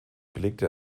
belegte